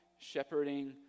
shepherding